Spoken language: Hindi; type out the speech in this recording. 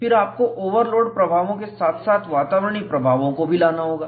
फिर आपको ओवरलोड प्रभावों के साथ साथ वातावरणीय प्रभावों को भी लाना होगा